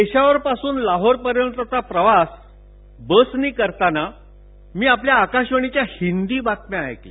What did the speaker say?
पेशावर पासून लाहोरपर्यंतचा प्रवास बसनं करताना मी आपल्या आकाशवाणीच्या हिंदी बातम्या ऐकल्या